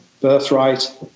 birthright